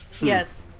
Yes